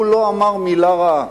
הוא לא אמר מלה רעה,